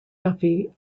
duffy